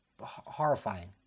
horrifying